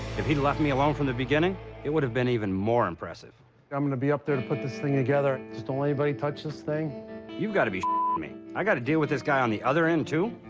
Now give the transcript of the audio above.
if he left me alone from the beginning it would have been even more impressive i'm gonna be up there to put this thing together just don't let anybody touch this thing you've got to be me i got to deal with this guy on the other end too